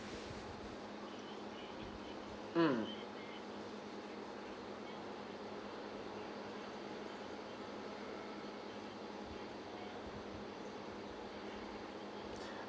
mm